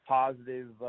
positive